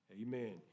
amen